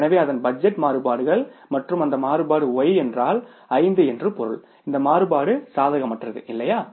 எனவே அதன் பட்ஜெட் மாறுபாடுகள் மற்றும் அந்த மாறுபாடு Y என்றால் 5 என்று பொருள் இந்த மாறுபாடு சாதகமற்றது இல்லையா